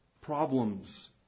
problems